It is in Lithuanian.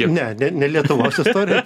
ne ne ne lietuvos istorijoj